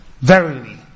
Verily